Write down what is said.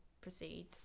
proceed